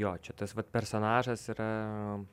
jo čia tas vat personažas yra